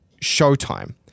Showtime